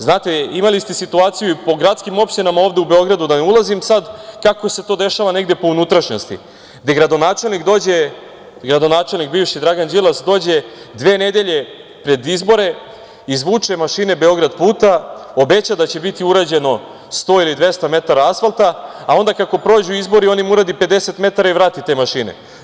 Znate, imali ste situaciju po gradskim opštinama ovde u Beogradu, da ne ulazim sad kako se to dešava negde po unutrašnjosti gde gradonačelnik dođe, gradonačelnik bivši Dragan Đilas, dođe dve nedelje pred izbore, izvuče mašine „Beograd puta“, obeća da će biti urađeno 100 ili 200 metara asfalta, a onda kako prođu izbori on im uradi 50 metara i vrati te mašine.